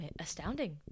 astounding